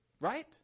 right